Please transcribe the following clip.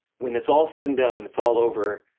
when it's all said and done, and it's all over,